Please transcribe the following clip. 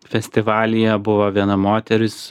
festivalyje buvo viena moteris